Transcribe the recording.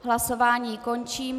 Hlasování končím.